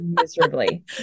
miserably